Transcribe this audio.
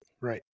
Right